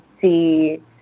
see